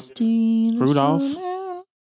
Rudolph